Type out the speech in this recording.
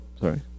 sorry